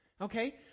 okay